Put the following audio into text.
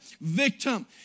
victim